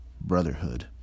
brotherhood